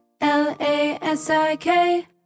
L-A-S-I-K